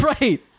Right